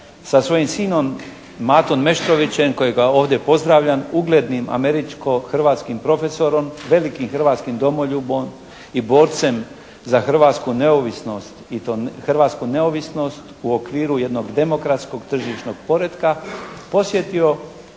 sa svojim sinom Matom Meštrovićem kojega ovdje pozdravljam uglednim američko-hrvatskim profesorom, velikim hrvatskim domoljubom i borcem za hrvatsku neovisnost i to hrvatsku neovisnost u okviru jednog demokratskog tržišnog poretka posjetio